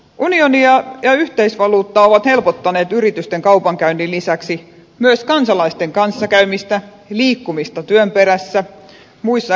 unioni ja yhteisvaluutta ovat helpottaneet yritysten kaupankäynnin lisäksi myös kansalaisten kanssakäymistä ja liikkumista työn perässä muissa euroopan maissa